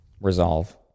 resolve